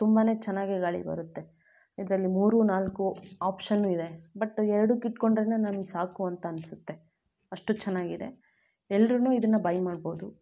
ತುಂಬನೇ ಚೆನ್ನಾಗಿ ಗಾಳಿ ಬರುತ್ತೆ ಇದರಲ್ಲಿ ಮೂರು ನಾಲ್ಕು ಆಪ್ಷನ್ನು ಇದೆ ಬಟ್ ಎರ್ಡಕ್ಕೆ ಇಟ್ಟುಕೊಂಡ್ರೇನೆ ನನ್ಗೆ ಸಾಕು ಅಂತ ಅನ್ನಿಸುತ್ತೆ ಅಷ್ಟು ಚೆನ್ನಾಗಿದೆ ಎಲ್ಲರೂ ಇದನ್ನು ಬೈ ಮಾಡಬಹುದು